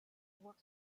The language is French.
avoir